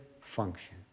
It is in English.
function